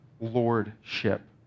lordship